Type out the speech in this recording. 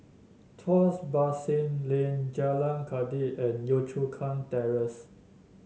Tuas Basin Lane Jalan Kledek and Yio Chu Kang Terrace